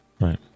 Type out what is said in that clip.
Right